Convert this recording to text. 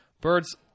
birds